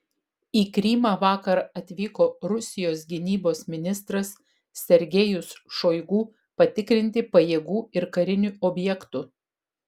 į krymą vakar atvyko rusijos gynybos ministras sergejus šoigu patikrinti pajėgų ir karinių objektų